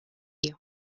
you